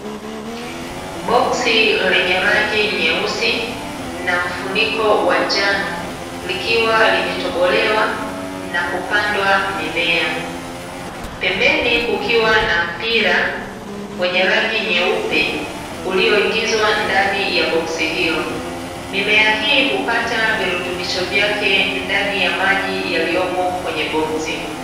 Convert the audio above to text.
Boksi lenye rangi nyeusi na mfuniko wa njano, likiwa limetobolewa na kupandwa mimea. Pembeni kukiwa na mpira wenye rangi nyeupe ulioingizwa ndani ya boksi hilo. Mimea hii hupata virutubisho vyake ndani ya maji yaliyomo kwenye boksi.